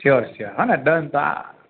sure sure હોં ને done તો આ